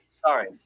Sorry